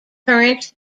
current